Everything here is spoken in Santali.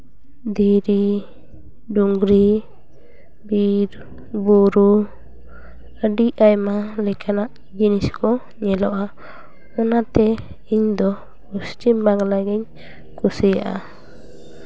ᱫᱷᱤᱨᱤ ᱰᱩᱝᱨᱤ ᱵᱤᱨ ᱵᱩᱨᱩ ᱟᱹᱰᱤ ᱟᱭᱢᱟ ᱞᱮᱠᱟᱱᱟᱜ ᱡᱤᱱᱤᱥ ᱠᱚ ᱧᱮᱞᱚᱜᱼᱟ ᱚᱱᱟᱛᱮ ᱤᱧᱫᱚ ᱯᱚᱥᱪᱷᱤᱢ ᱵᱟᱝᱞᱟ ᱜᱤᱧ ᱠᱩᱥᱤᱭᱟᱜᱼᱟ